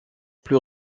plus